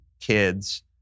kids